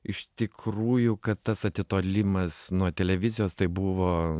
iš tikrųjų kad tas atitolimas nuo televizijos tai buvo